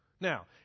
Now